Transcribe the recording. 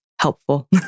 helpful